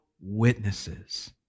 witnesses